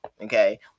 Okay